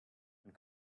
man